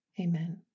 amen